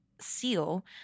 seal